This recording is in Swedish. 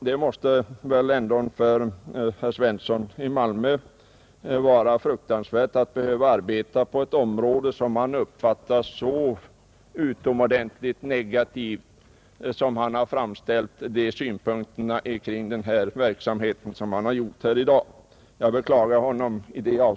Det måste vara fruktansvärt för herr Svensson att behöva arbeta på ett område, som han uppfattar så utomordentligt negativt som det framgick av hans framställning om verksamheten att han gör. Jag beklagar honom.